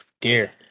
dear